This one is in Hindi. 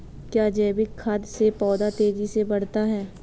क्या जैविक खाद से पौधा तेजी से बढ़ता है?